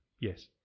Yes